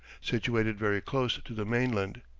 situated very close to the mainland.